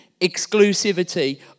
exclusivity